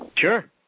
Sure